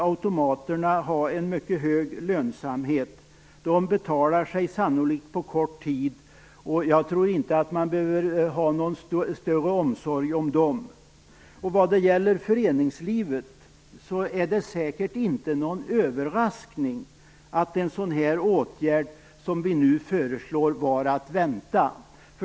Automaterna torde ha en mycket hög lönsamhet. De betalar sig sannolikt på kort tid, och jag tror inte att man behöver ha någon större omsorg om automatägarna. För föreningslivet är det säkert inte någon överraskning att en sådan åtgärd som vi nu föreslår var att vänta.